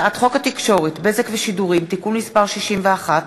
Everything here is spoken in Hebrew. הצעת חוק התקשורת (בזק ושידורים) (תיקון מס' 61)